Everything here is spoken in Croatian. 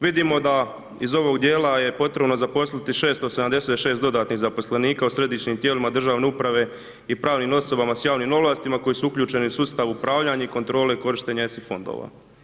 Vidimo da iz ovog dijela je potrebno zaposliti 676 dodatnih zaposlenika u Središnjim tijelima državne uprave i pravnim osobama s javnim ovlastima koji su uključeni u sustav upravljanja i kontrole korištenja SF fondova.